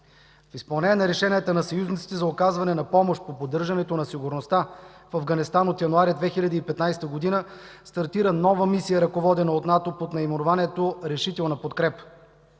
В изпълнение на решенията на съюзниците за оказване на помощ по поддържането на сигурността в Афганистан от месец януари 2015 г. стартира нова мисия, ръководена от НАТО, под наименованието „Решителна подкрепа”.